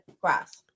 grass